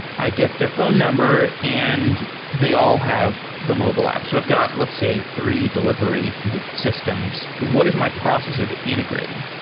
i get their phone number and they all have the mobile apps. i've got, let's say, three delivery systems. what is my process of integrating?